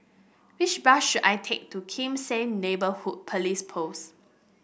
which bus should I take to Kim Seng Neighbourhood Police Post